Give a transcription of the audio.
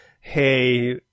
hey